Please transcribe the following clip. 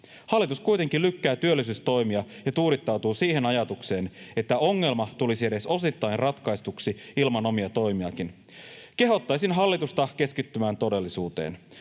Hallitus kuitenkin lykkää työllisyystoimia ja tuudittautuu siihen ajatukseen, että ongelma tulisi edes osittain ratkaistuksi ilman omia toimiakin. Kehottaisin hallitusta keskittymään todellisuuteen.